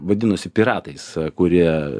vadinosi piratais kurie